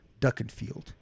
Duckenfield